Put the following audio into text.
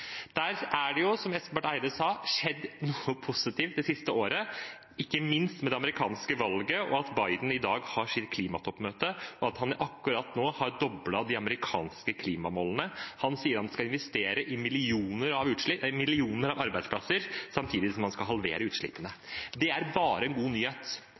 Der er det, som Espen Barth Eide sa, skjedd noe positivt det siste året, ikke minst ved det amerikanske valget, at Biden i dag har sitt klimatoppmøte, og at han akkurat nå har doblet de amerikanske klimamålene. Han sier han skal investere i millioner av arbeidsplasser samtidig som han skal halvere utslippene. Det er bare en god nyhet.